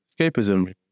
escapism